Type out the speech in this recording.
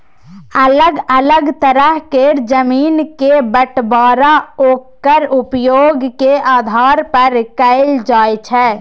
अलग अलग तरह केर जमीन के बंटबांरा ओक्कर उपयोग के आधार पर कएल जाइ छै